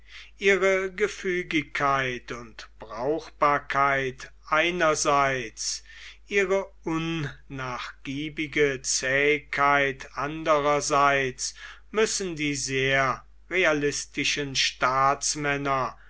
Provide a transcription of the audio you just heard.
ihre gefügigkeit und brauchbarkeit einerseits ihre unnachgiebige zähigkeit andererseits müssen die sehr realistischen staatsmänner